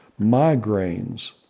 migraines